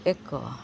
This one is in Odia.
ଏକ